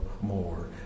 more